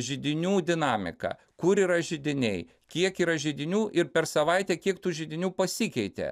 židinių dinamika kur yra židiniai kiek yra židinių ir per savaitę kiek tų židinių pasikeitė